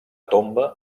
tomba